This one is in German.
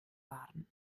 waren